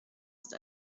ist